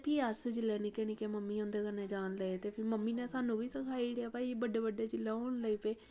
कि अस जिसलै निकके निकके मम्मी होंदे कन्नै जान लगे ते खीर मम्मी ने साह्नू बी सखाई ओड़ेआ भाई बड्डे बड्डे जिसलै होन लगी पे